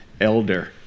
Elder